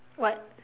what